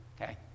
okay